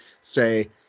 say